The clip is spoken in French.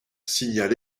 signale